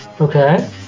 Okay